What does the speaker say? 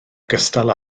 ogystal